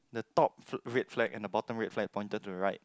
the top fl~ red flag and the bottom red flag pointed to the right